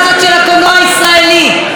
אמרו לי: לא נתנו זמן.